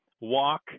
walk